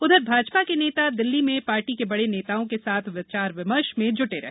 उधर भाजपा के नेता दिल्ली में पार्टी के बड़े नेताओं के साथ विचार विमर्श में जुटे रहे